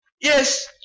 Yes